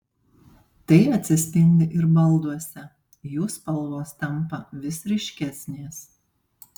tai atsispindi ir balduose jų spalvos tampa vis ryškesnės